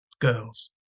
girls